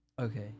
Okay